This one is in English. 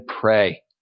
pray